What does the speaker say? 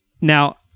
Now